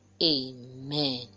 Amen